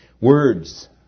Words